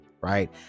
right